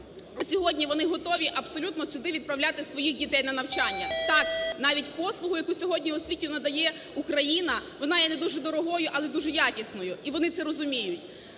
сьогодні вони готові абсолютно сюди відправляти своїх дітей на навчання. Так, навіть послугу, яку сьогодні освітню надає Україна, вона є не дуже дорогою, але дуже якісною і вони це розуміють.